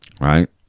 Right